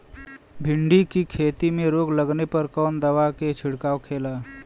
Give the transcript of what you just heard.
भिंडी की खेती में रोग लगने पर कौन दवा के छिड़काव खेला?